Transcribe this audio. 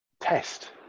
test